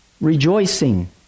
rejoicing